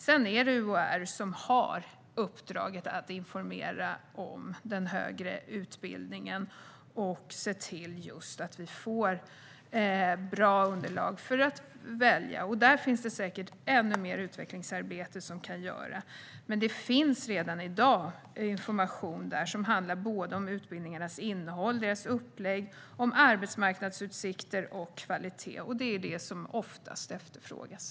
Sedan är det UHR som har uppdraget att informera om den högre utbildningen och se till att vi får bra underlag för val. Där finns det säkert ännu mer utvecklingsarbete som kan göras. Men det finns redan i dag information om utbildningarnas innehåll och upplägg samt om arbetsmarknadsutsikter och kvalitet, och det är det som oftast efterfrågas.